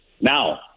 Now